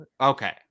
Okay